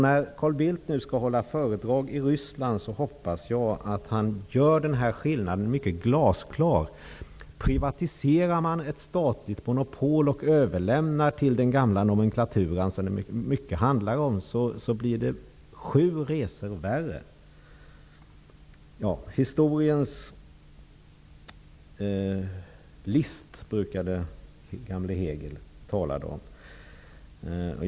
När Carl Bildt skall hålla föredrag i Ryssland hoppas jag att han gör denna skillnad glasklar. När man privatiserar ett statligt monopol och överlämnar till den gamla nomenklaturan blir det sju resor värre. Gamle Hegel brukade tala om historiens list.